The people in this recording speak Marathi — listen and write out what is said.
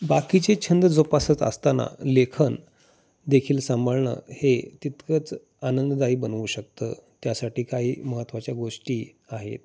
बाकीचे छंद जोपासत असताना लेखन देखील सांभाळणं हे तितकंच आनंददायी बनवू शकतं त्यासाठी काही महत्त्वाच्या गोष्टी आहेत